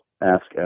ask